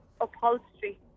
Upholstery